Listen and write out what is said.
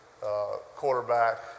quarterback